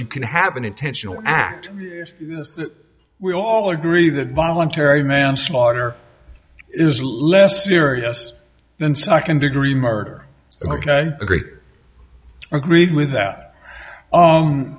you can have an intentional act that we all agree that voluntary manslaughter is less serious than second degree murder ok agree or agreed with that